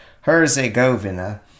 Herzegovina